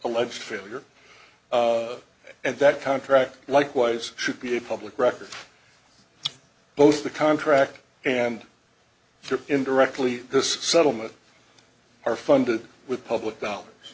alleged failure and that contract likewise should be a public record both the contract and to indirectly this settlement are funded with public dollars